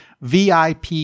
VIP